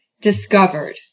discovered